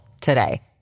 today